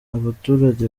abaturage